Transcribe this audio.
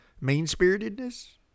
mean-spiritedness